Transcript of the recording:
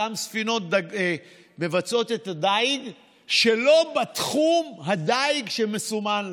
אותן ספינות מבצעות את הדיג שלא בתחום הדיג שמסומן להן.